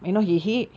ya